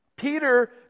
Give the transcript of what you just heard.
Peter